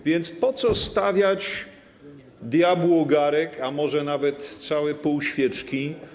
A więc po co stawiać diabłu ogarek, a może nawet całe pół świeczki?